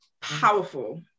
Powerful